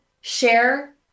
share